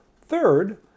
Third